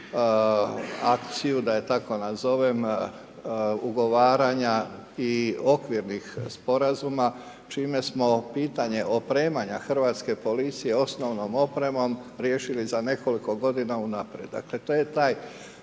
akciju, da je tako nazovem, ugovaranja i okvirnih sporazuma, čime smo pitanje opremanja hrvatske policije osnovnom opremom riješili za nekoliko godina unaprijed. Dakle, to je taj